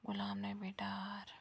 Ghulam Nabi Dar